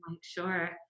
sure